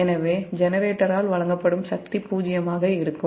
எனவே ஜெனரேட்டரால் வழங்கப்படும் சக்தி '0' ஆக இருக்கும்